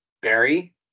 Barry